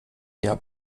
der